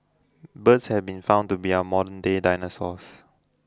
birds have been found to be our modernday dinosaurs